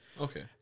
Okay